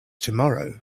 tomorrow